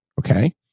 Okay